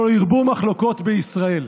שלא ירבו מחלוקות בישראל".